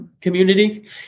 community